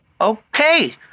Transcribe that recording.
Okay